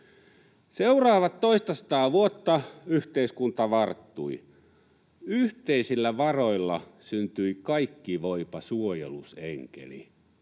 Seuraavat toistasataa vuotta yhteiskunta varttui. Yhteisillä varoilla syntyi kaikkivoipa suojelusenkeli